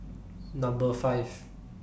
Number five